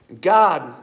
God